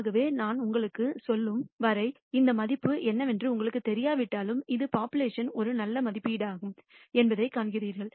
ஆகவே நான் உங்களுக்குச் சொல்லும் வரை அந்த மதிப்பு என்னவென்று உங்களுக்குத் தெரியாவிட்டாலும் இது போப்புலேஷன் ஒரு நல்ல மதிப்பீடாகும் என்பதை காண்கிறீர்கள்